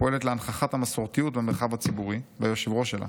הפועלת להנכחת המסורתיות במרחב הציבורי והיושב-ראש שלה,